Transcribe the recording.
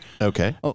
Okay